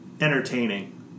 entertaining